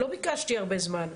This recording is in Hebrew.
לא ביקשתי הרבה זמן,